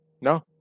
No